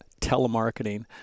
telemarketing